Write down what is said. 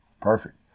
perfect